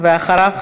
ואחריו,